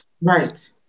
Right